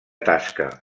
tasca